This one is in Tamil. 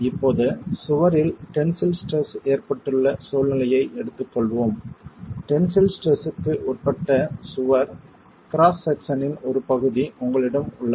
இப்போது சுவரில் டென்சில் ஸ்ட்ரெஸ் ஏற்பட்டுள்ள சூழ்நிலையை எடுத்துக் கொள்வோம் டென்சில் ஸ்ட்ரெஸ்க்கு உட்பட்ட சுவர் கிராஸ் செக்சனின் ஒரு பகுதி உங்களிடம் உள்ளது